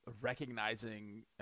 recognizing